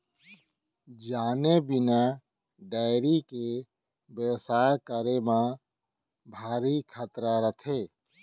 जाने बिना डेयरी के बेवसाय करे म भारी खतरा रथे